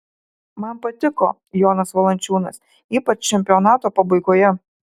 man patiko jonas valančiūnas ypač čempionato pabaigoje